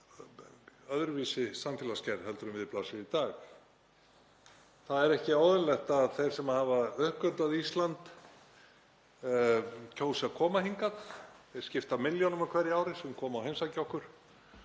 Það er ekki óeðlilegt að þeir sem hafa uppgötvað Ísland kjósi að koma hingað, þeir skipta milljónum á hverju ári sem koma og heimsækja okkur